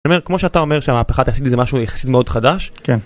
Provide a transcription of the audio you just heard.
זאת אומרת, כמו שאתה אומר שהמהפכה התעשייתית זה משהו יחסית מאוד חדש? כן.